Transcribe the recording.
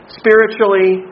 spiritually